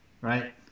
right